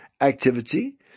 activity